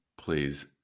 Please